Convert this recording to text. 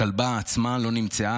הכלבה עצמה לא נמצאה